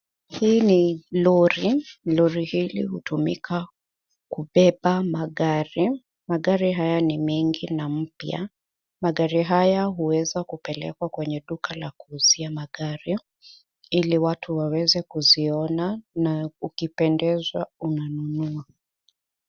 Hii ni lori. Lori hili hutumika kubeba magari. Magari haya ni mengi na mpya. Magari haya huweza kupelekwa kwenye duka la kuuzia magari ili watu waweza kuziona na ukipendezwa unanunua.